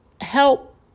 help